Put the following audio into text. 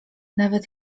nawet